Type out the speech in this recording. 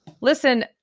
listen